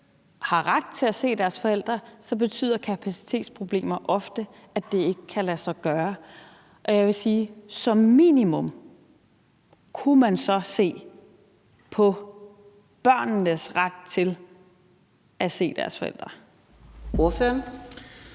har ret til at se deres forældre, betyder kapacitetsproblemer ofte, at det ikke kan lade sig gøre, og jeg vil spørge: Kunne man så som minimum se på børnenes ret til at se deres forældre?